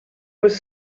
was